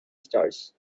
stars